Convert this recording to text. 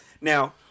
Now